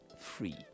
free